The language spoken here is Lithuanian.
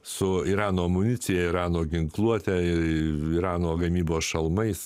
su irano amunicija irano ginkluotę ir irano gamybos šalmais